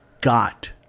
got